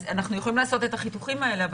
אז אנחנו יכולים לעשות את החיתוכים האלה.